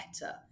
better